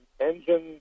engine